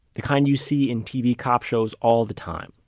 the kind you see in tv cop shows all the time.